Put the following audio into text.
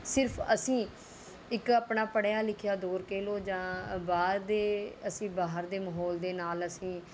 ਸਿਰਫ ਅਸੀਂ ਇੱਕ ਆਪਣਾ ਪੜ੍ਹਿਆ ਲਿਖਿਆ ਦੌਰ ਕਹਿ ਲਉ ਜਾਂ ਬਾਹਰ ਦੇ ਅਸੀਂ ਬਾਹਰ ਦੇ ਮਾਹੌਲ ਦੇ ਨਾਲ ਅਸੀਂ